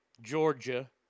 Georgia